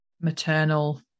maternal